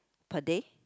per day